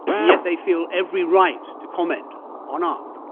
and yeah they feel every right to comment on art.